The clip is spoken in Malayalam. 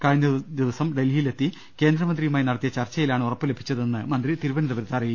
കഴിഞ്ഞദിവസം ഡൽഹിയിലെത്തി കേന്ദ്രമന്ത്രി യുമായി നടത്തിയ ചർച്ചയിലാണ് ഉറപ്പ് ലഭിച്ചതെന്ന് മന്ത്രി തിരുവനന്തപു രത്ത് പറഞ്ഞു